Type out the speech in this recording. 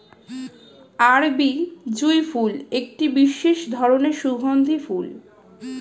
আরবি জুঁই ফুল একটি বিশেষ ধরনের সুগন্ধি ফুল